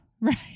Right